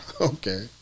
Okay